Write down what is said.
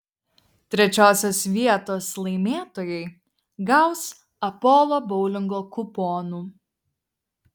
trečiosios vietos laimėtojai gaus apolo boulingo kuponų